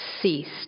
ceased